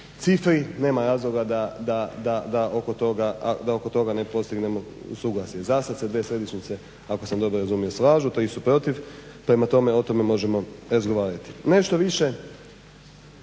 cifri nema razloga da oko toga ne postignemo suglasje. Zasad se dvije središnjice ako sam dobro razumio slažu, tri su protiv. Prema tome, o tome možemo razgovarati. Nešto više